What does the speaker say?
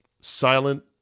silent